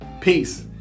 Peace